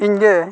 ᱤᱧᱜᱮ